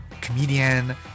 comedian